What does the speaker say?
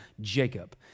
Jacob